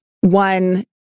One